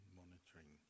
monitoring